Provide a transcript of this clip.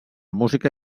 música